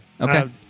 Okay